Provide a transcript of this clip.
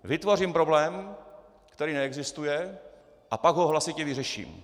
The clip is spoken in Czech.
Vytvořím problém, který neexistuje, a pak ho hlasitě vyřeším.